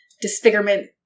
disfigurement